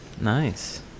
Nice